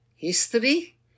history